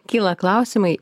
kyla klausimai